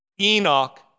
Enoch